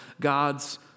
God's